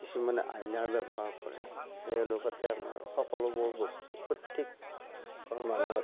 কিছুমানে আইনাৰ ব্যৱহাৰ কৰে সেই অনুপাতে আমাৰ সকলোবোৰ বস্তু প্ৰত্যেকঘৰ মানুহতে